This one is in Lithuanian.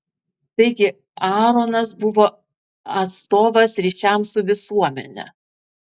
taigi aaronas buvo atstovas ryšiams su visuomene